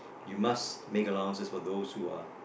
you must make allowances for those who are